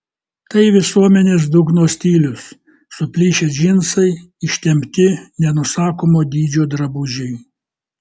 tai visuomenės dugno stilius suplyšę džinsai ištempti nenusakomo dydžio drabužiai